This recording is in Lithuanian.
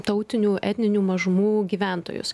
tautinių etninių mažumų gyventojus